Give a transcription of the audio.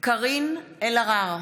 קארין אלהרר,